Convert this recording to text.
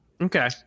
Okay